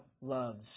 loves